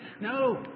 No